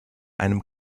einem